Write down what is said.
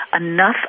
enough